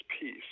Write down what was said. peace